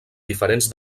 diferents